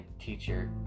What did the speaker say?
teacher